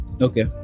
Okay